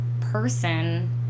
person